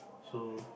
so